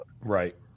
Right